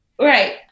Right